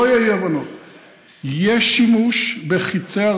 שלא יהיו אי-הבנות.